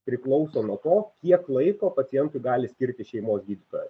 priklauso nuo to kiek laiko pacientui gali skirti šeimos gydytojas